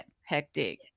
Hectic